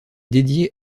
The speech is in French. dédiée